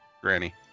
Granny